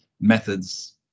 methods